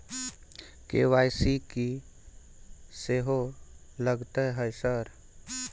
KYC की सेहो लगतै है सर?